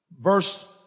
Verse